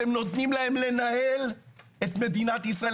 אתם נותנים להם לנהל את מדינת ישראל,